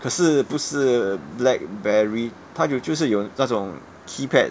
可是不是 blackberry 它有就是有那种 keypad